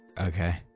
okay